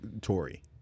Tory